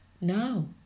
no